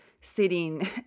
sitting